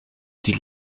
die